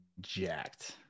jacked